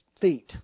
feet